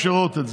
שר.